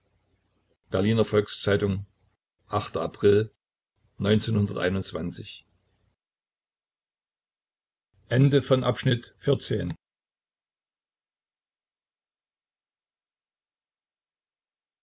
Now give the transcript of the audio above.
berliner volks-zeitung april